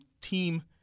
Team